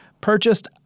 purchased